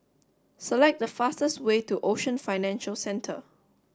select the fastest way to Ocean Financial Centre